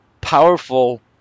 powerful